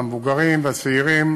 המבוגרים והצעירים,